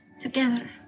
Together